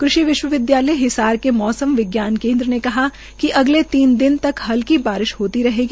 कृषि विश्व विद्यालय हिसार के मौसम विज्ञान केन्द्र ने कहा है कि अगले तीन दिन तक हल्की बारिश होती रहेगी